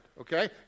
okay